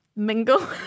mingle